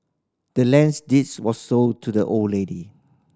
the land's deeds was sold to the old lady